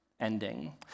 ending